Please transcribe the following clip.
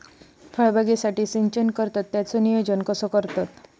फळबागेसाठी सिंचन करतत त्याचो नियोजन कसो करतत?